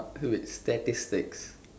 with statistics